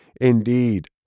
Indeed